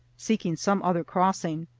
seeking some other crossing.